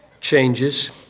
changes